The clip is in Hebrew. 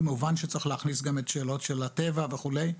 כמובן שצריך להכניס גם שאלות של הטבע וכולי,